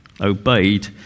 obeyed